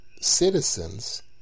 citizens